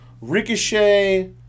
Ricochet